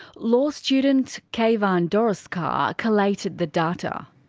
law student keyvan dorostkar, collated the data.